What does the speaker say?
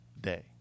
day